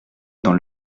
dans